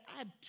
add